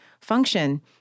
function